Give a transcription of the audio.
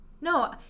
No